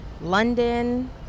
London